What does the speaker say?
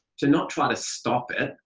to not try to stop it,